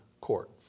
court